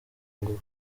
ngo